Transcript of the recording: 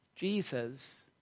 Jesus